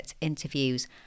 interviews